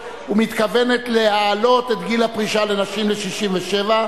ומתכוונת להעלות את גיל הפרישה לנשים ל-67,